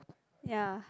ya